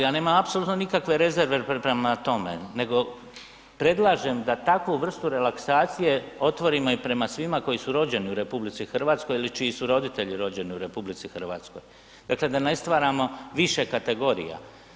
Ja nemam apsolutno nikakve rezerve prema tome nego predlažem da takvu vrstu relaksacije otvorimo i prema svima koji su rođeni u RH ili čiji su roditelji rođeni u RH, dakle da ne stvaramo više kategorija.